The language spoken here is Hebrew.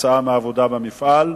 כתוצאה מהעבודה במפעל.